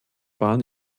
bahn